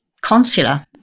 consular